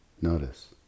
Notice